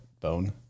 bone